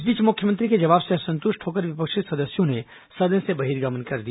इस बीच मुख्यमंत्री के जवाब से असंतुष्ट होकर विपक्षी सदस्यों ने सदन से बहिर्गमन कर दिया